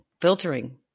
filtering